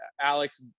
Alex